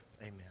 Amen